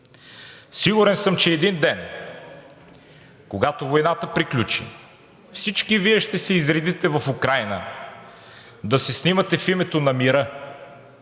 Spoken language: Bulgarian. Сигурен съм, че един ден, когато войната приключи, всички Вие ще се изредите в Украйна да се снимате в името на мира.